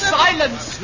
silence